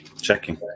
Checking